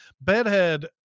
bedhead